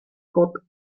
gått